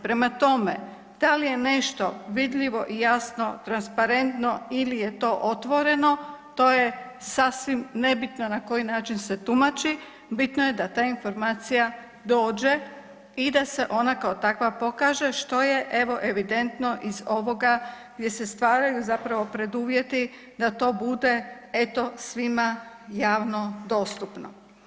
Prema tome, dal je nešto vidljivo i jasno transparentno ili je to otvoreno to je sasvim nebitno na koji način se tumači, bitno je da ta informacija dođe i da se ona kao takva pokaže što je evo evidentno iz ovoga gdje se stvaraju preduvjeti da to bude eto svima javno dostupno.